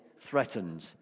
threatened